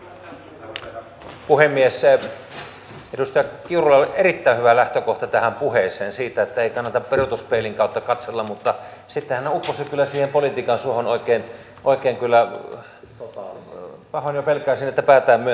edustaja kiurulla oli erittäin hyvä lähtökohta tähän puheeseen siitä että ei kannata peruutuspeilin kautta katsella mutta sitten hän upposi kyllä siihen politiikan suohon oikein kyllä pahoin jo pelkään että päätään myöten